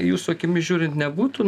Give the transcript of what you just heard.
jūsų akimis žiūrint nebūtų